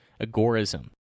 agorism